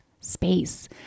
space